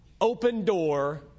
open-door